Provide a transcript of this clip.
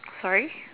sorry